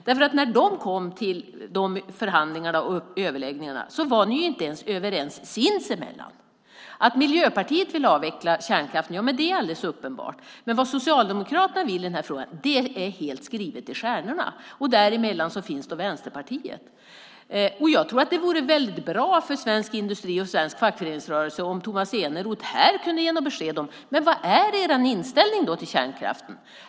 När oppositionen kom till förhandlingarna var de inte ens överens sinsemellan. Att Miljöpartiet vill avveckla kärnkraften är alldeles uppenbart, men vad Socialdemokraterna vill i den här frågan är skrivet i stjärnorna. Däremellan finns Vänsterpartiet. Jag tror att det vore bra för svensk industri och svensk fackföreningsrörelse om Tomas Eneroth här kunde ge besked om Socialdemokraternas inställning till kärnkraften.